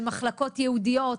של מחלקות ייעודיות,